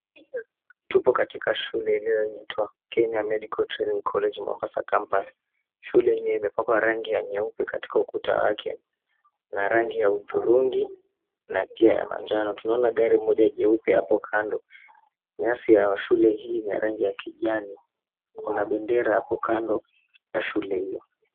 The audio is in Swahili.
Tupo katika shule inayoitwa Kenya Medical Training College Mombasa Campus, shule yenyewe imepakwa rangi ya nyeupe katika ukuta wake na rangi ya hudhurungi na pia ya manjano, tunaona gari moja jeupe pia hapo kando, nyasi ya shule hii ni ya rangi ya kijani kuna bendera hapo kando ya shule hii.